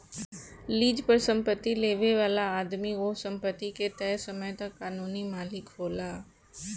lease पर संपत्ति लेबे वाला आदमी ओह संपत्ति के तय समय तक कानूनी मालिक होला